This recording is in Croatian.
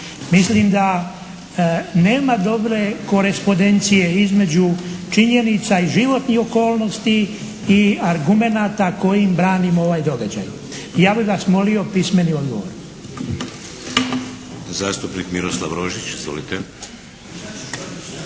Mislim da nema dobre korespondencije između činjenica iz životnih okolnosti i argumenata kojim branimo ovaj događaj. Ja bi vas molio pismeni odgovor. **Šeks, Vladimir (HDZ)** Zastupnik Miroslav Rožić.